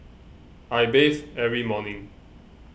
I bathe every morning